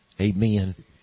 Amen